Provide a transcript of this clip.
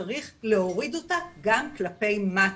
שצריך להוריד אותה גם כלפי מטה.